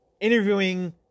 interviewing